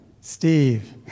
Steve